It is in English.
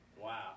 Wow